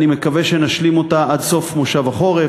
ואני מקווה שנשלים אותה עד סוף מושב החורף,